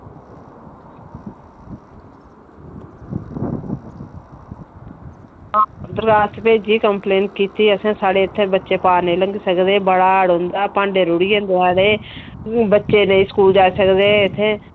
हां दरखास्त भेजी कम्प्लेन कीते असें साढ़े इत्थै बच्चे पार नेईं लंघी सकदे बड़ा हाड़ औंदा भांडे रुढ़ी जंदे साढ़े हून बच्चे नेईं स्कूल जाई सकदे इत्थें